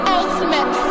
ultimate